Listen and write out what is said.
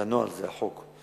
זה הנוהל, זה החוק.